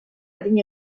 adin